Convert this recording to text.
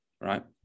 right